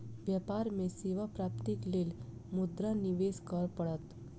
व्यापार में सेवा प्राप्तिक लेल मुद्रा निवेश करअ पड़त